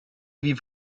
wie